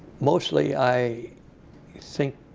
mostly i think,